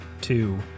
two